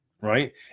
right